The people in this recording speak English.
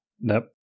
Nope